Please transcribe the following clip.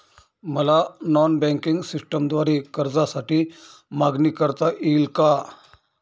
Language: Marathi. मला नॉन बँकिंग सिस्टमद्वारे कर्जासाठी मागणी करता येईल का?